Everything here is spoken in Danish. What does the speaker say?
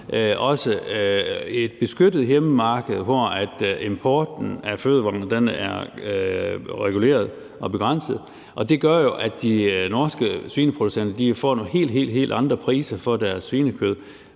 også et beskyttet hjemmemarked, hvor importen af fødevarer er reguleret og begrænset, og det gør jo, at de norske svineproducenter får nogle helt, helt andre priser for deres svinekød.